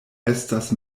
estas